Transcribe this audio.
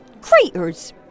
craters